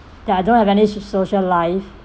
that I don't have any social life